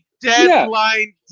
deadline